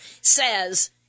says